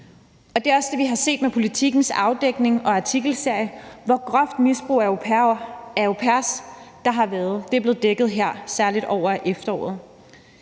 mennesker, og vi har med Politikens afdækning og artikelserie også set, hvor groft et misbrug af au pairer der har været. Det er blevet afdækket her særlig hen over efteråret.